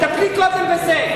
תטפלי קודם בזה.